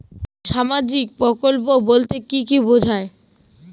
সামাজিক প্রকল্প বলতে কি বোঝায়?